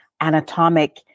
anatomic